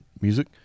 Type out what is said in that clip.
music